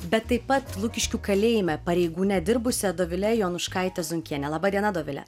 bet taip pat lukiškių kalėjime pareigūne dirbusia dovile jonuškaite zunkienė laba diena dovile